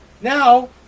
now